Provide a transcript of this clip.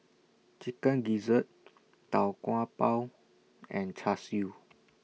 Chicken Gizzard Tau Kwa Pau and Char Siu